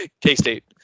K-State